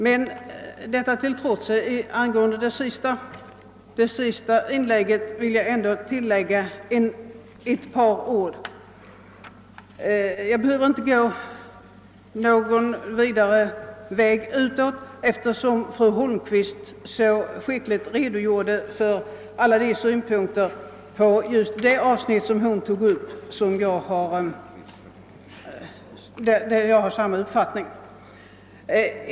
Jag vill ändå tillägga ett par ord angående det senaste inlägget; jag behöver inte gå närmare in på saken, eftersom fru Holmqvist så skickligt har redogjort för just det avsnitt där jag har samma uppfattning.